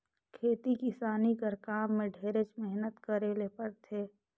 खेती किसानी कर काम में ढेरेच मेहनत करे ले परथे